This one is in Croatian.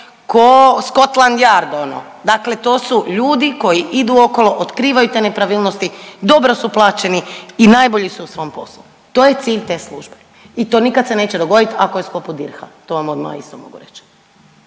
ko Scotland Yard ono, dakle to su ljudi koji idu okolo, otkrivaju te nepravilnosti, dobro su plaćeni i najbolji su u svom poslu. To je cilj te službe i to nikada se neće dogoditi ako je poput DIRH-a to vam odmah isto mogu reći.